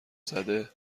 زده